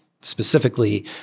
specifically